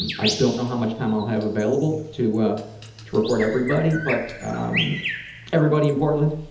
and i don't know how much time i'll have available to ah to record everybody, but um everybody in portland,